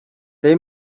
they